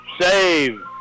save